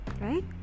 Right